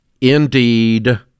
Indeed